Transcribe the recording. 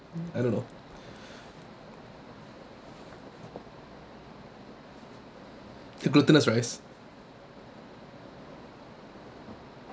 I don't know the glutinous rice